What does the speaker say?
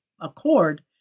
accord